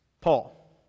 Paul